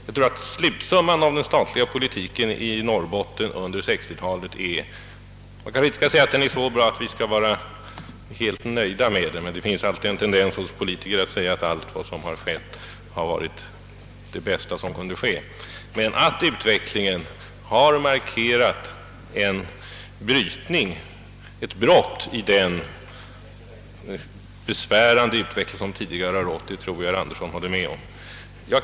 Jag tror att slutresultatet av den statliga politiken under 1960-talet beträffande Norrbotten blir — jag vill inte säga så bra att vi skall vara helt nöjda, ty det finns en tendens hos politiker att säga att vad som skett varit det bästa — men sådant att det markerar en brytning av den tidigare så besvärliga utvecklingstrenden. Jag tror också att herr Andersson håller med om detta.